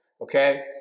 okay